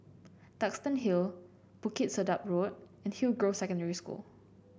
Duxton Hill Bukit Sedap Road and Hillgrove Secondary School